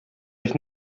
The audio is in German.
euch